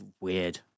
weird